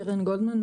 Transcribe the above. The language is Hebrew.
קרן גולדמן,